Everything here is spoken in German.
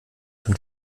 dann